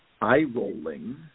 Eye-rolling